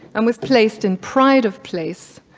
and was placed in pride of place,